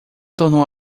tornou